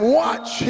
watch